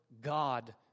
God